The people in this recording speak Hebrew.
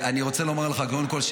אני רוצה לומר לך קודם כול,